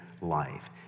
life